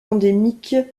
endémique